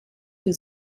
für